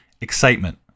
excitement